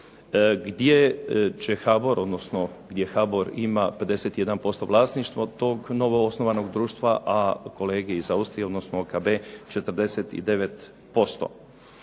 gdje HBOR ima 51% vlasništvo tog novoosnovanog društva, a kolege iz Austrije odnosno OKB 49%.